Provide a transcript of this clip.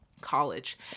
college